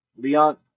Leon